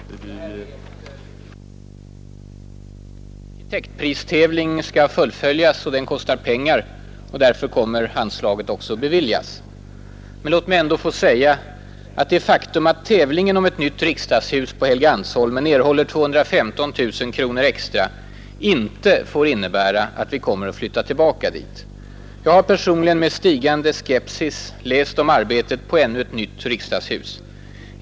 Herr talman! Det här är ett rutinärende. En arkitektpristävling skall fullföljas och kostar pengar. Därför kommer anslaget också att beviljas. Men låt mig ändå få säga att det faktum att tävlingen om ett nytt riksdagshus på Helgeandsholmen erhåller 215 000 kronor extra inte får innebära att vi kommer att flytta tillbaka dit. Jag har personligen med stigande skepsis läst om arbetet på ännu ett nytt riksdagshus.